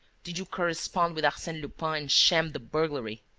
did you correspond with arsene lupin and sham the burglary?